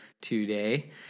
today